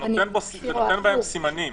זה נותן בהם סימנים.